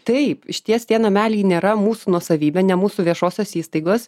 taip išties tie nameliai nėra mūsų nuosavybė ne mūsų viešosios įstaigos